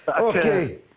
Okay